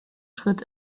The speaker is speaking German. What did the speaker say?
schritt